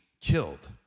killed